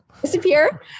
disappear